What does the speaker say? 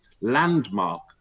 landmark